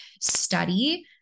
study